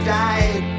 died